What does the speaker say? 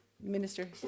Minister